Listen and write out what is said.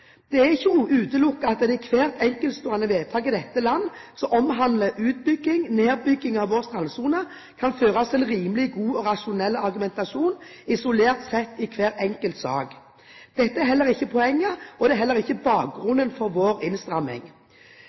Det er ikke utelukket at det for hvert enkeltstående vedtak i dette land som omhandler utbygging eller nedbygging av vår strandsone, kan føres en rimelig god og rasjonell argumentasjon isolert sett. Dette er heller ikke poenget, og det er heller ikke bakgrunnen for vår innstramming.